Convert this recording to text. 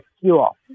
fuel